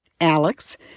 Alex